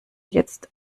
jetzt